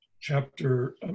chapter